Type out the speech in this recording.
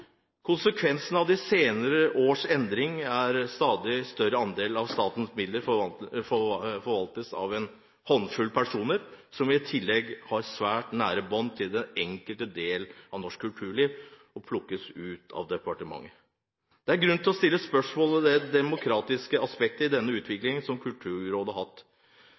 av de senere års endringer at en stadig større andel av statens midler forvaltes av en håndfull personer, som i tillegg har svært nære bånd til enkelte deler av norsk kulturliv og plukkes ut av departementet. Det er grunn til å stille spørsmål ved det demokratiske aspektet i den utviklingen som Kulturrådet har hatt.